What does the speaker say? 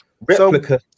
replica